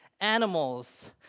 animals